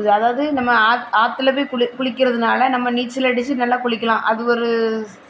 இது அதாவது நம்ம ஆத் ஆற்றுல போய் குளி குளிக்கிறதுனால நம்ம நீச்சல் அடிச்சு நல்லா குளிக்கலாம் அது ஒரு